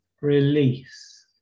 release